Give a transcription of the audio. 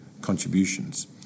contributions